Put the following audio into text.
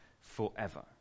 forever